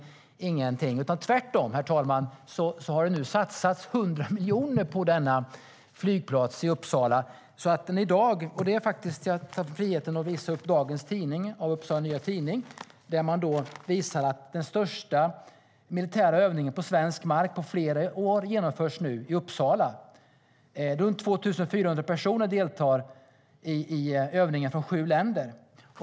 Tvärtom, herr talman, har det nu satsats 100 miljoner på denna flygplats i Uppsala.Jag tar mig friheten att visa upp dagens Upsala Nya Tidning. Där står det att den största militära övningen på svensk mark på flera år nu genomförs i Uppsala. Runt 2 400 personer från sju länder deltar i övningen.